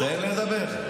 תן לדבר.